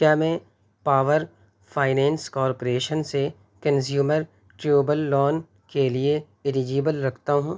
کیا میں power finance corporation سے کنزیومر ڈیوربل لون کے لیے ایلیجبل رکھتا ہوں